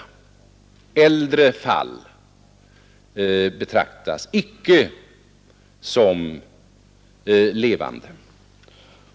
Andra foster betraktas icke som levande.